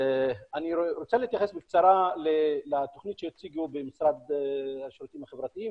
אני רוצה להתייחס בקצרה לתוכנית שהציגו במשרד לשירותים חברתיים